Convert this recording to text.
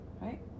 right